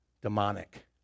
demonic